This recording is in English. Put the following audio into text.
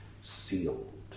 Sealed